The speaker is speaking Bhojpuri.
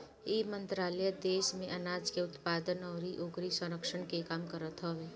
इ मंत्रालय देस में आनाज के उत्पादन अउरी ओकरी संरक्षण के काम करत हवे